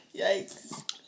Yikes